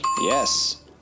Yes